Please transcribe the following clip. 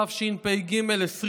התשפ"ג 2022,